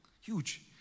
huge